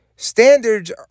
Standards